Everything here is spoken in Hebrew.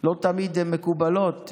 לא תמיד הן מקובלות.